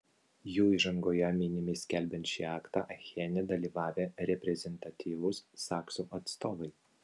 jų įžangoje minimi skelbiant šį aktą achene dalyvavę reprezentatyvūs saksų atstovai